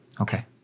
Okay